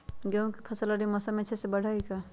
गेंहू के फ़सल रबी मौसम में अच्छे से बढ़ हई का?